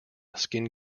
skin